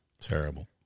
Terrible